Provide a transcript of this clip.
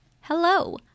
Hello